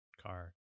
car